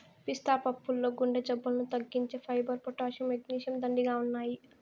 పిస్తా పప్పుల్లో గుండె జబ్బులను తగ్గించే ఫైబర్, పొటాషియం, మెగ్నీషియం, దండిగా ఉన్నాయి